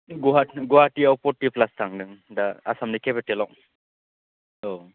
गहाटियाव पर्थि फ्लास थांदों दा आसामनि केपिटेलाव औ